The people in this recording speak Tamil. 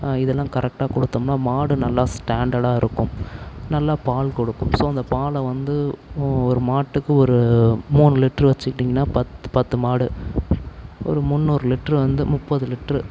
இதெல்லாம் கரெட்டாக கொடுத்தம்னா மாடு நல்லா ஸ்டாண்டர்டாக இருக்கும் நல்லா பால் கொடுக்கும் ஸோ அந்த பாலை வந்து ஒரு மாட்டுக்கு ஒரு மூணு லிட்டரு வச்சுக்கிட்டிங்கனா பத்து பத்து மாடு ஒரு முந்நூறு லிட்ரு வந்து முப்பது லிட்ரு